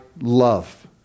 love